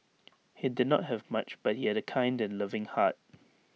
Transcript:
he did not have much but he had A kind and loving heart